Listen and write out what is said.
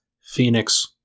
Phoenix